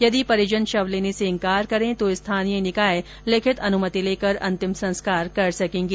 यदि परिजन शव लेने से इनकार करे तो स्थानीय निकाय लिखित अनुमति लेकर अंतिम संस्कार कर सकेंगे